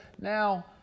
Now